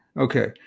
okay